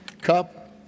cup